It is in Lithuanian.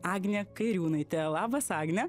agnė kairiūnaitė labas agne